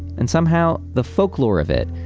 and somehow, the folklore of it,